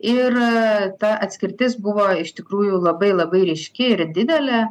ir ta atskirtis buvo iš tikrųjų labai labai ryški ir didelė